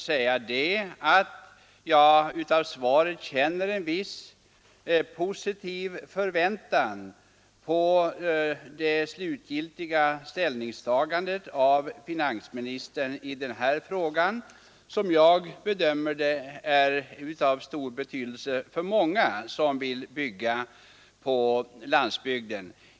Svaret får mig att känna en viss positiv förväntan inför finansministerns slutgiltiga ställningstagande i denna fråga, som enligt min bedömning är av stor betydelse för många som vill bygga på landsbygden.